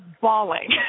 bawling